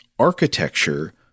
architecture